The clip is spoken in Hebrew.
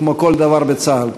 כמו כל דבר בצה"ל,